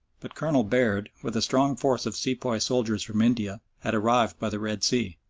but colonel baird, with a strong force of sepoy soldiers from india, had arrived by the red sea.